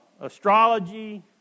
astrology